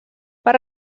per